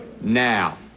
now